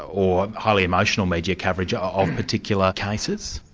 or highly emotional media coverage ah of particular cases?